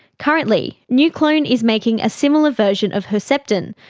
currently neuclone is making a similar version of herceptin,